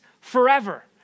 forever